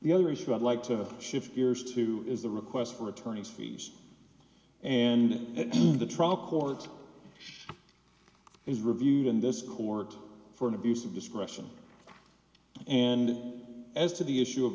the other issue i'd like to shift gears to is the request for attorney's fees and at the trial court is reviewed in this court for an abuse of discretion and as to the issue of